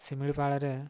ଶିମିଳିପାଳରେ